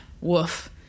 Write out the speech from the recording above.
woof